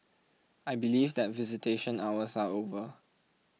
I believe that visitation hours are over